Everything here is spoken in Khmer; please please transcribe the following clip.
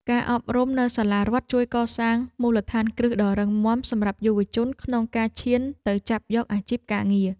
ការអប់រំនៅសាលារដ្ឋជួយកសាងមូលដ្ឋានគ្រឹះដ៏រឹងមាំសម្រាប់យុវជនក្នុងការឈានទៅចាប់យកអាជីពការងារ។